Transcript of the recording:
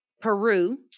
Peru